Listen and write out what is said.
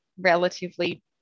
relatively